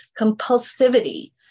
compulsivity